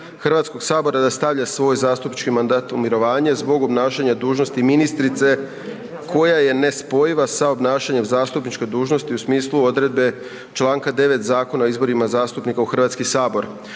Hrvatskog sabora da stavlja svoj zastupnički mandat u mirovanje zbog obnašanja dužnosti ministrice koja je nespojiva sa obnašanjem zastupničke dužnosti u smislu odredbe čl. 9. Zakona o izborima zastupnika u Hrvatski sabor.